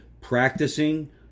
practicing